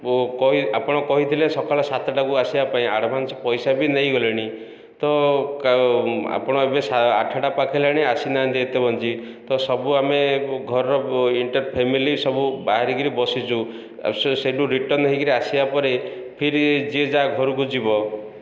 ଆପଣ କହିଥିଲେ ସକାଳେ ସାତଟାକୁ ଆସିବା ପାଇଁ ଆଡ଼ଭାନ୍ସ ପଇସା ବି ନେଇଗଲେଣି ତ ଆପଣ ଏବେ ଆଠଟା ପାଖେଇଲାଣି ଆସିନାହାନ୍ତି ଏତେ ବଞ୍ଚି ତ ସବୁ ଆମେ ଘରର ଇଣ୍ଟର ଫ୍ୟାମିଲି ସବୁ ବାହାରିକରି ବସିଛୁ ସେଠୁ ରିଟର୍ନ ହେଇକରି ଆସିବା ପରେ ଫେରିଯିଏ ଯାହା ଘରକୁ ଯିବ